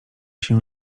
się